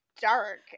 dark